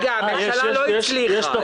הממשלה לא הצליחה.